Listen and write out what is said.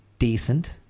decent